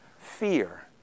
Fear